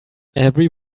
every